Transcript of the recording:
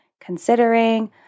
considering